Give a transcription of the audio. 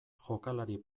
jokalari